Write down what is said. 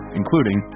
including